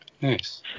Nice